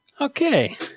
Okay